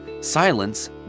Silence